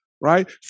right